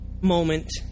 moment